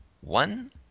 one